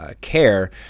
care